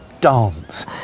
Dance